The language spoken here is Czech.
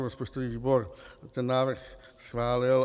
Rozpočtový výbor ten návrh schválil.